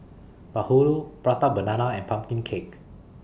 Bahulu Prata Banana and Pumpkin Cake